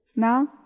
Now